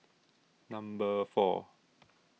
number four